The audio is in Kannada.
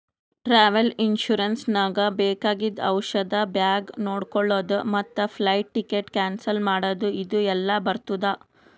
ಟ್ರಾವೆಲ್ ಇನ್ಸೂರೆನ್ಸ್ ನಾಗ್ ಬೇಕಾಗಿದ್ದು ಔಷಧ ಬ್ಯಾಗ್ ನೊಡ್ಕೊಳದ್ ಮತ್ ಫ್ಲೈಟ್ ಟಿಕೆಟ್ ಕ್ಯಾನ್ಸಲ್ ಮಾಡದ್ ಇದು ಎಲ್ಲಾ ಬರ್ತುದ